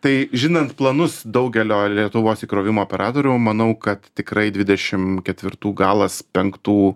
tai žinant planus daugelio lietuvos įkrovimo operatorių manau kad tikrai dvidešim ketvirtų galas penktų